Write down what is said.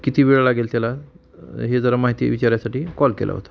किती वेळ लागेल त्याला हे जरा माहिती विचारण्यासाठी कॉल केला होता